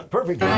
Perfect